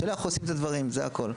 השאלה איך עושים את הדברים, זה הכול.